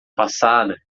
passada